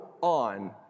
on